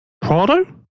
Prado